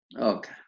Okay